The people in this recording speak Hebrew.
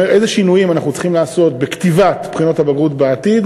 איזה שינויים אנחנו צריכים לעשות בכתיבת בחינות הבגרות בעתיד,